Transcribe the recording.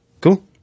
Cool